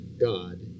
God